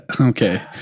Okay